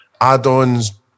add-ons